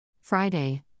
Friday